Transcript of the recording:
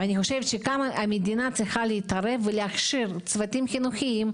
אני חושבת שכאן המדינה צריכה להתערב ולהכשיר צוותים חינוכיים,